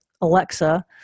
Alexa